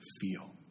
feel